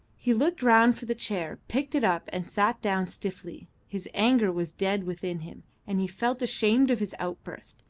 he looked round for the chair, picked it up and sat down stiffly. his anger was dead within him, and he felt ashamed of his outburst,